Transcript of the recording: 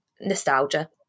nostalgia